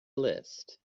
list